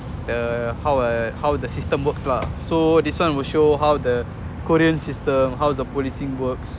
err how uh how the system works lah so this one will show how the korean system how the policing works